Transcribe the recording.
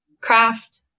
craft